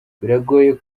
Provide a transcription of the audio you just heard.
biragoye